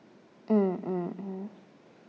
mm mm mm